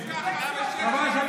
אנחנו בשנה עשינו מה שלא